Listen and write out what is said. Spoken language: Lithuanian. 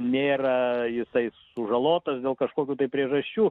nėra jusai sužalotas dėl kažkokių tai priežasčių